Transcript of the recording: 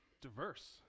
diverse